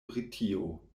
britio